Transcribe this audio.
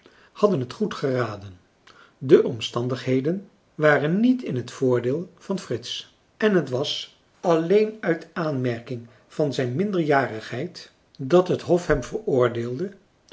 hadden het goed geraden de omstandigheden waren niet in het voordeel van frits en het was alleen uit aanmerking van zijn minderjarigheid dat het hof hem veroordeelde